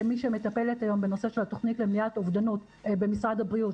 כמי שמטפלת היום בנושא של התוכנית למניעת אובדנות במשרד הבריאות,